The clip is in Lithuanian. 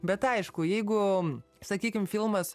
bet aišku jeigu sakykim filmas